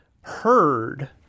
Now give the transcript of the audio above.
heard